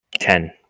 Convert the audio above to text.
Ten